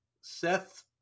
Seth